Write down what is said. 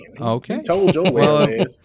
Okay